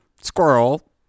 Squirrel